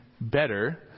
better